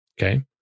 Okay